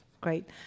great